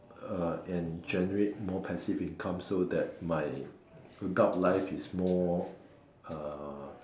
uh and generate more passive income so that my adult life is more uh